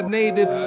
native